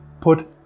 put